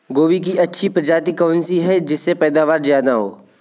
गोभी की अच्छी प्रजाति कौन सी है जिससे पैदावार ज्यादा हो?